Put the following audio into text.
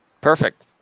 Perfect